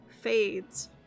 fades